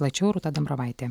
plačiau rūta dambravaitė